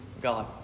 God